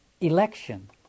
election